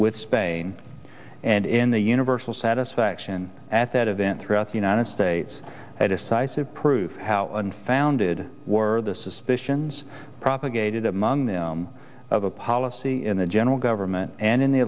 with spain and in the universal satisfaction at that event throughout the united states a decisive prove how unfounded war the suspicions propagated among them of a policy in the general government and in the